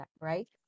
right